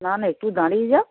না না একটু দাঁড়িয়ে যাও